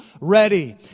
Ready